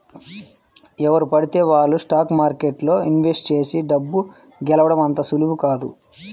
ఎవరు పడితే వాళ్ళు స్టాక్ మార్కెట్లో ఇన్వెస్ట్ చేసి డబ్బు గెలవడం అంత సులువేమీ కాదు